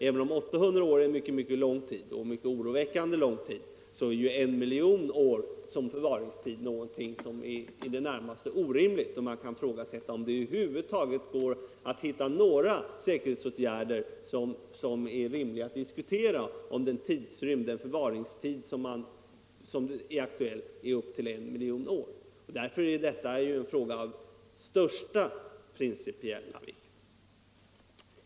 Även om 800 år är en oroväckande lång tid, så är en förvaringstid på I miljon år i det närmaste orimlig. Man kan ifrågasätta om det över huvud taget går att hitta några säkerhetsåtgärder som är rimliga att diskutera om den förvaringstid som är aktuell är upp till I miljon år. Därför är detta en fråga av största principiella vikt.